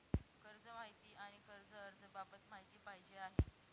कर्ज माहिती आणि कर्ज अर्ज बाबत माहिती पाहिजे आहे